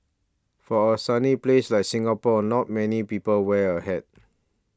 for a sunny place like Singapore not many people wear a hat